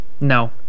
No